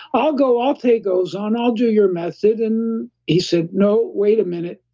i'll go, i'll take ozone, i'll do your method. and he said, no, wait a minute,